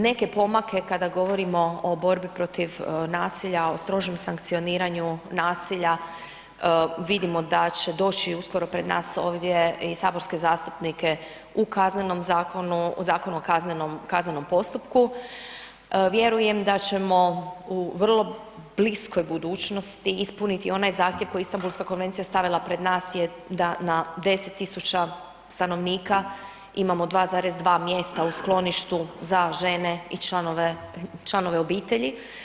Neke pomake kada govorim o borbi protiv nasilja o strožem sankcioniranju nasilja vidimo da će doći uskoro pred nas ovdje i saborske zastupnike u Kaznenom zakonu, u Zakonu o kaznenom postupku, vjerujem da ćemo u vrlo bliskoj budućnosti ispuniti onaj zahtjev koji je Istambulska konvencija stavila pred nas je da na 10 000 stanovnika imamo 2,2 mjesta u skloništu za žene i članove obitelji.